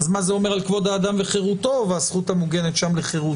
מה זה אומר על כבוד האדם וחירותו והזכות המוגנת שם לחירות?